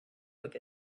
with